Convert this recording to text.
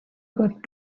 got